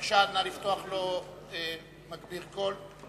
בבקשה, נא לפתוח לו מגביר קול.